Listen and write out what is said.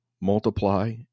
multiply